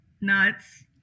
Nuts